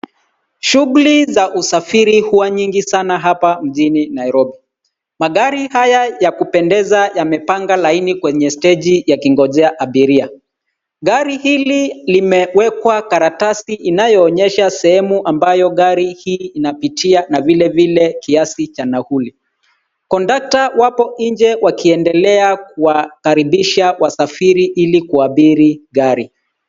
Shughuli za usafiri huwa nyingi sana hapa mjini Nairobi. Magari haya ya kupendeza yamepanga laini kwenye(cs) stage(cs)yakigojea abiria. Gari hili limewekwa karatasi inayoonyesha sehemu ambayo gari hii inapitia na vile vile kiasi cha nauli.(cs) Conductor (cs)wapo inje wakiendelea kuwakaribisha wasafiri hili kuabiri gari.